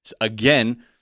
again